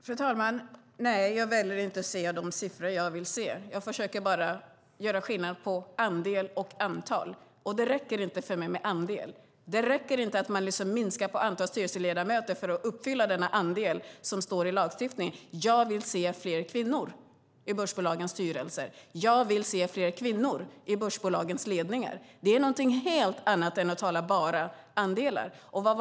Fru talman! Nej, jag väljer inte att se de siffror jag vill se. Jag försöker bara göra skillnad på andel och antal. Det räcker inte för mig med andel. Det räcker inte att minska på antalet styrelseledamöter för att uppfylla denna andel som står i lagstiftningen. Jag vill se fler kvinnor i börsbolagens styrelser. Jag vill se fler kvinnor i börsbolagens ledningar. Det är något helt annat än att tala bara andelar.